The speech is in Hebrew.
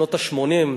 שנות ה-80,